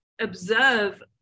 observe